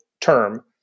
term